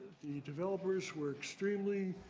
the developers were extremely